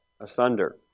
asunder